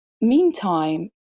meantime